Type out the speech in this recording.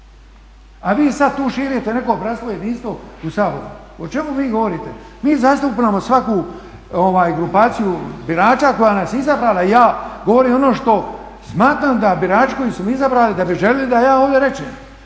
A vi sada tu širite neko bratstvo i jedinstvo u Saboru. o čemu vi govorite? Mi zastupamo svaku grupaciju birača koja nas je izabrala i ja govorim ono što smatram da birači koji su me izabrali da bi željeli da ja ovdje rečem.